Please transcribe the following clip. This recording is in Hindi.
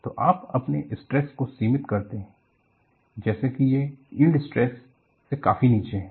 तो आप अपने स्ट्रेस को सीमित करते हैं जैसे कि ये यील्ड स्ट्रेस से काफी नीचे हैं